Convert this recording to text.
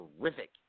terrific